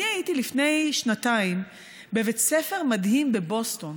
אני הייתי לפני שנתיים בבית ספר מדהים בבוסטון